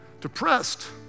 depressed